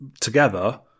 together